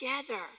together